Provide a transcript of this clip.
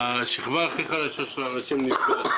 השכבה הכי חלשה של אנשים הם פה.